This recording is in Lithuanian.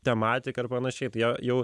tematiką ir panašiai tai jie jau